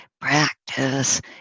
practice